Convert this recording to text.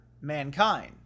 mankind